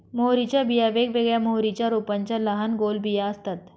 मोहरीच्या बिया वेगवेगळ्या मोहरीच्या रोपांच्या लहान गोल बिया असतात